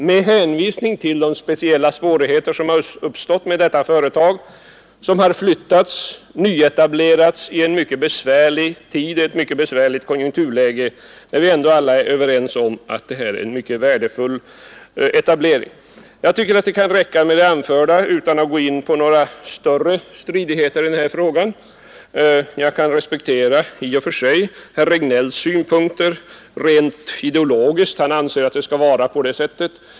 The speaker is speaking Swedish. Med hänsyn till de speciella svårigheter som har uppstått med detta företag, som har nyetablerats i ett mycket besvärligt konjunkturläge, är ändå alla överens om att detta är en mycket värdefull etablering. Jag tycker att det kan räcka med det anförda utan att börja med några större stridigheter i denna fråga. Jag kan respektera herr Regnélls synpunkter rent ideologiskt. Han anser att det skall vara på det sättet.